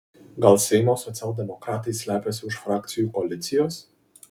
gal seimo socialdemokratai slepiasi už frakcijų koalicijos